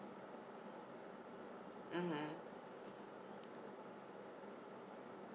(uh huh)